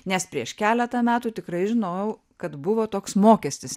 nes prieš keletą metų tikrai žinojau kad buvo toks mokestis